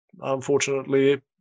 unfortunately